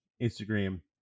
Instagram